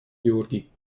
георгий